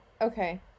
Okay